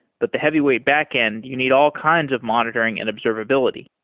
but the heavyweight backend, you need all kinds of monitoring and observability.